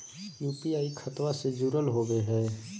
UPI खतबा से जुरल होवे हय?